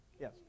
Yes